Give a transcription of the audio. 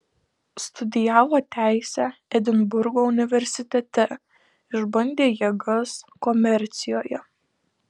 studijavo teisę edinburgo universitete išbandė jėgas komercijoje